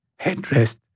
Headrest